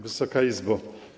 Wysoka Izbo!